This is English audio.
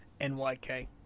NYK